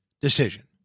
decision